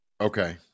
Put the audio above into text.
Okay